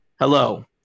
Hello